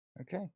okay